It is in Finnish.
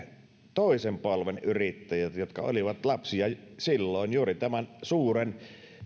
toisen polven yrittäjät jotka olivat lapsia juuri silloin tämän suuren